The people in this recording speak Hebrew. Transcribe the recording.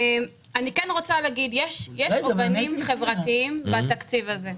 אני כן רוצה להגיד, יש עוגנים חברתיים בתקציב הזה.